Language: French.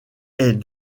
est